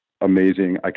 amazing